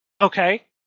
Okay